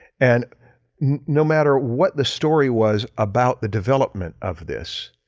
and no matter what the story was about the development of this,